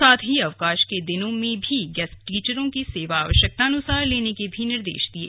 साथ ही अवकाश के दिनों में भी गेस्ट टीचरों की सेवा आवश्यकतानुसार लेने के भी निर्देश दिये